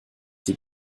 die